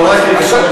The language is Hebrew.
אבל רק רגע,